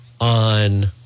on